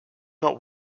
not